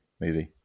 movie